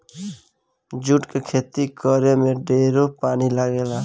जुट के खेती करे में ढेरे पानी लागेला